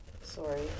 Sorry